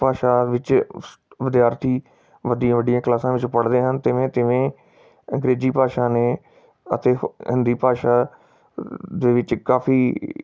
ਭਾਸ਼ਾ ਵਿੱਚ ਸ ਵਿਦਿਆਰਥੀ ਵੱਡੀਆਂ ਵੱਡੀਆਂ ਕਲਾਸਾਂ ਵਿੱਚ ਪੜ੍ਹਦੇ ਹਨ ਤਿਵੇਂ ਤਿਵੇਂ ਅੰਗਰੇਜ਼ੀ ਭਾਸ਼ਾ ਨੇ ਅਤੇ ਹਿੰਦੀ ਭਾਸ਼ਾ ਦੇ ਵਿੱਚ ਕਾਫੀ